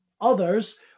others